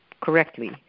correctly